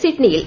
സിഡ്നിയിൽ